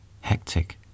hectic